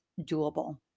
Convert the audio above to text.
doable